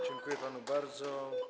Dziękuję panu bardzo.